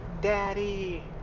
daddy